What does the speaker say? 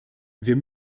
wir